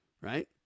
right